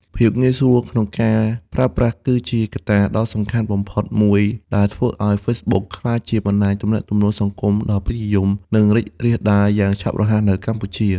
ភាពងាយស្រួលក្នុងការប្រើប្រាស់ គឺជាកត្តាដ៏សំខាន់បំផុតមួយដែលធ្វើឲ្យ Facebook ក្លាយជាបណ្តាញទំនាក់ទំនងសង្គមដ៏ពេញនិយម និងរីករាលដាលយ៉ាងឆាប់រហ័សនៅកម្ពុជា។